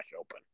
open